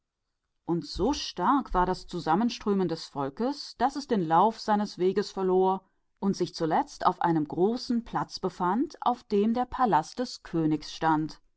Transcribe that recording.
und so groß war der zusammenlauf des volkes daß es die richtung seines wegs verlor und sich zuletzt auf einem großen platze befand auf dem der palast eines königs stand